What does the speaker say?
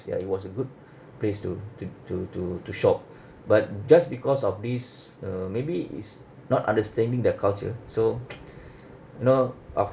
ya it was a good place to to to to to shop but just because of this uh maybe is not understanding their culture so you know